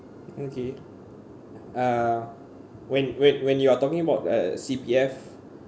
okay uh when when when you are talking about uh C_P_F